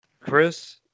Chris